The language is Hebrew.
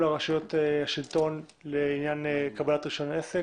רשויות השלטון לעניין קבלת רישיון עסק